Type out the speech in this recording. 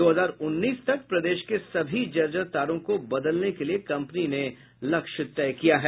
दो हजार उन्नीस तक प्रदेश के सभी जर्जर तारों को बदले के लिए कंपनी ने लक्ष्य तय किया है